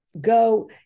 go